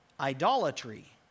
Idolatry